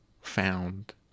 found